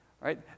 Right